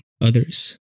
others